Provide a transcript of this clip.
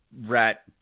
rat